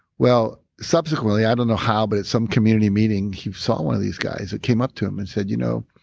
well subsequently, i don't know how but at some community meeting he saw one of these guys that came up to him and said, you know,